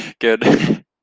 Good